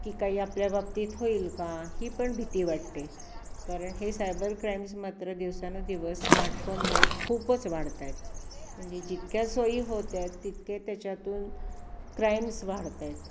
की काही आपल्या बाबतीत होईल का ही पण भीती वाटते कारण हे सायबर क्राईम्स मात्र दिवसानुदिवस स्मार्टफोनमुळे खूपच वाढत आहेत म्हणजे जितक्या सोयी होत आहेत तितके त्याच्यातून क्राईम्स वाढत आहेत